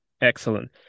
Excellent